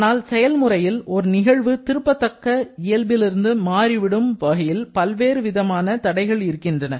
ஆனால் செயல்முறையில் ஒரு நிகழ்வு திருப்பத்தக்க இயல்பிலிருந்து மாறி விடும் வகையில் பல்வேறு விதமான தடைகள் இருக்கின்றன